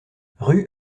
rue